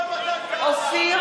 אופיר